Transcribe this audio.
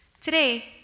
Today